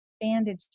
bandage